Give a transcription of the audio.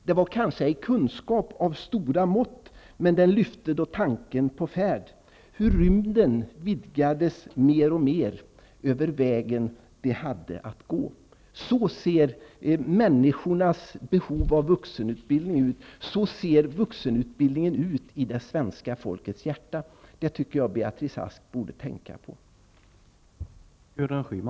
Det var kanske ej kunskap av stora mått, men den lyfte dock tanken på färd hur rymden vidgades, mer och mer, över vägen, de hade att gå.'' Så ser människornas behov av vuxenutbildning ut. Så ser vuxenutbildningen ut i det svenska folkets hjärta. Jag tycker att Beatrice Ask borde tänka på det.